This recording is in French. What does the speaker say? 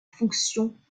fonction